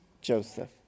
Joseph